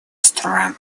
стран